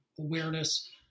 awareness